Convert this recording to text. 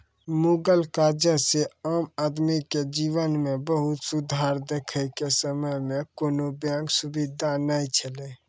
मुगल काजह से आम आदमी के जिवन मे बहुत सुधार देखे के समय मे कोनो बेंक सुबिधा नै छैले